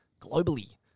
globally